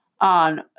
on